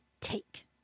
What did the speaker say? take